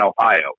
Ohio